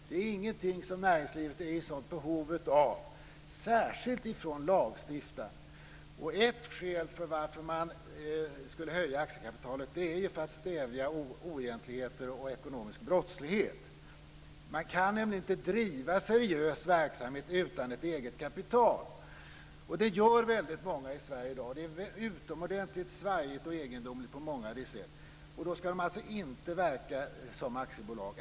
Det finns inget annat som näringslivet är i sådant behov av, särskilt från lagstiftaren. Ett skäl till att man skall höja aktiekapitalet är för att stävja oegentligheter och ekonomisk brottslighet. Man kan nämligen inte driva seriös verksamhet utan ett eget kapital. Det gör väldigt många i Sverige i dag, och det är utomordentligt svajigt och egendomligt på många sätt. Då skall de inte verka som aktiebolag.